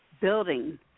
building